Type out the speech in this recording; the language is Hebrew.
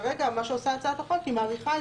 מה שעושה הצעת החוק כרגע, היא מאריכה,